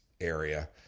area